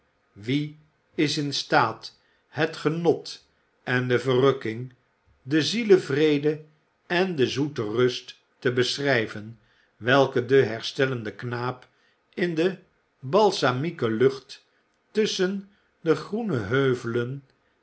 wie is in staat het genot en de verrukking den zielenvrede en de zoete rust te beschrijven welke de herstellende knaap in de balsamieke lucht tusschen de groene heuvelen